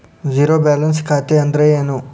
Zero balance ಖಾತೆ ಅಂದ್ರೆ ಏನು?